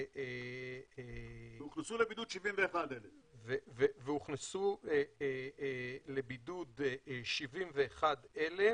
--- והוכנסו לבידוד 71,000. והוכנסו לבידוד 71,000,